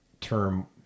term